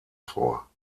vor